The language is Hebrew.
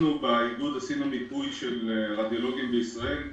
אנחנו באיגוד עשינו מיפוי של רדיולוגים בישראל.